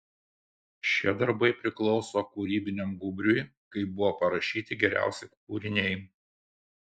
šie darbai priklauso kūrybiniam gūbriui kai buvo parašyti geriausi kūriniai